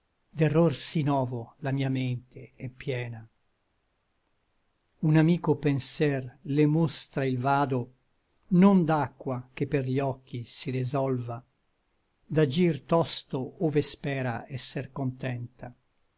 spiaccia d'error sí novo la mia mente è piena un amico penser le mostra il vado non d'acqua che per gli occhi si resolva da gir tosto ove spera esser contenta